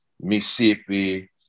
Mississippi